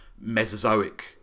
mesozoic